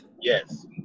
Yes